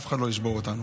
אף אחד לא ישבור אותנו,